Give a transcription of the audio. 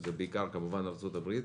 שזה בעיקר כמובן ארצות הברית.